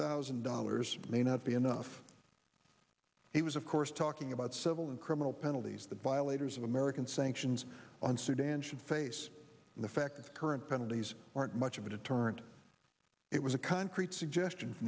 thousand dollars may not be enough he was of course talking about civil and criminal penalties but violators of american sanctions on sudan should face the fact that current penalties aren't much of a deterrent it was a concrete suggestion